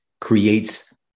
creates